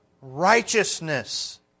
righteousness